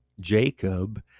Jacob